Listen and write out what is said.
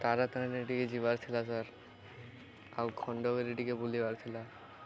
ତାରାତାରିଣୀ ଟିକେ ଯିବାର ଥିଲା ସାର୍ ଆଉ ଖଣ୍ଡଗିରି ଟିକେ ବୁଲିବାର ଥିଲା